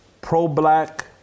pro-black